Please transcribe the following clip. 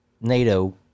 NATO